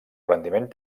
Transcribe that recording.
rendiment